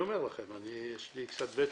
אני אומר לכם, יש לי קצת ותק,